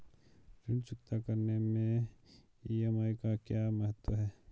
ऋण चुकता करने मैं ई.एम.आई का क्या महत्व है?